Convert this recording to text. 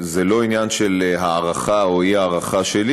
זה לא עניין של הערכה או אי-הערכה שלי.